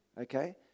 Okay